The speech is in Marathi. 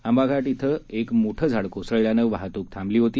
आंबाघाट येथे एक मोठे झाड कोसळल्याने वाहतूक थांबली होती